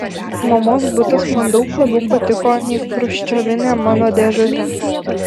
mamos butas man daug labiau patiko nei chruščiovinė mano dėžutė